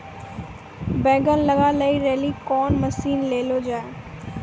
बैंगन लग गई रैली कौन मसीन ले लो जाए?